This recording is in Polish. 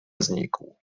znikł